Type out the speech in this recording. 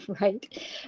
Right